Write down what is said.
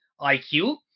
IQ